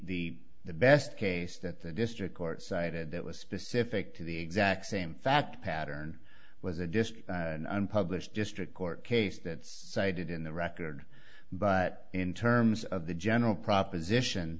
the the best case that the district court cited that was specific to the exact same fact pattern was a just unpublished district court case that cited in the record but in terms of the general proposition